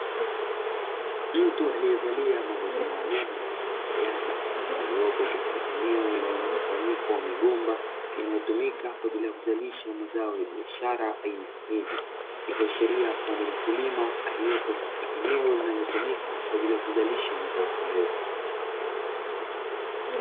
Mtu aliyevalia mavazi maalumu ya rangi ya kijani, aliopo katika eneo lenye mkusanyiko wa migomba, inayotumika kwa ajili ya kuzalisha mazao ya biashara aina ya ndizi, ikiashiria kuwa ni mkulima aliopo katika eneo linalotumika kwa ajili ya kuzalisha mazao hayo.